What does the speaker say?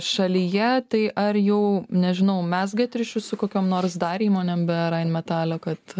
šalyje tai ar jau nežinau mezgat ryšius su kokiom nors dar įmonėm be rheinmetall kad